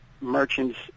Merchants